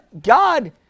God